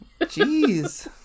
Jeez